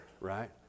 right